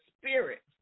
Spirit